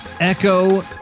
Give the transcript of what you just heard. Echo